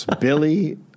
Billy